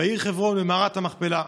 בעיר חברון במערת המכפלה.